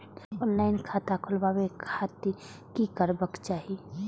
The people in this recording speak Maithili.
ऑनलाईन खाता खोलाबे के खातिर कि करबाक चाही?